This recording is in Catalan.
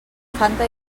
fanta